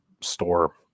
store